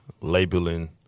labeling